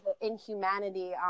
inhumanity